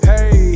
Hey